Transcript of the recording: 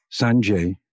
Sanjay